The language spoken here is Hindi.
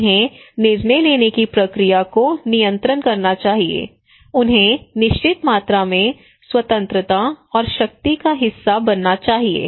उन्हें निर्णय लेने की प्रक्रिया को नियंत्रित करना चाहिए उन्हें निश्चित मात्रा में स्वतंत्रता और शक्ति का हिस्सा बनना चाहिए